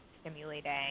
stimulating